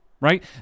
Right